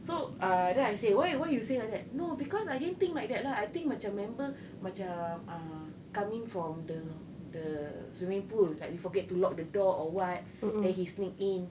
so uh then I say why you why you say like that no because I didn't think like that lah I think macam member macam uh coming from the the swimming pool like you forget to lock the door or what then he sneak in